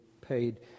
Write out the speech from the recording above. paid